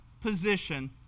position